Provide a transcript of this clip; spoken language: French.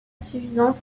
suffisant